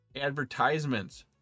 advertisements